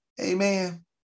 Amen